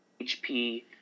HP